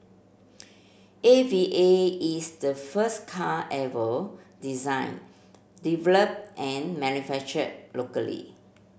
A V A is the first car ever design developed and manufacture locally